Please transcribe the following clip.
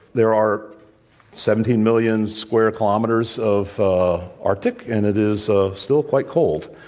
there are seventeen million square kilometers of arctic, and it is ah still quite cold.